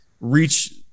reach